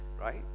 right